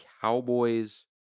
Cowboys